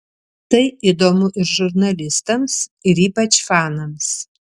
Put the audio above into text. tai įdomu ir žurnalistams ir ypač fanams